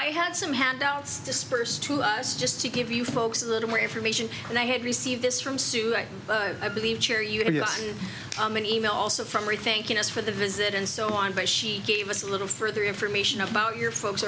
i had some handouts dispersed to us just to give you folks a little more information and i had received this from sue and i believe here you know i'm an e mail also from rethinking us for the visit and so on but she gave us a little further information about your folks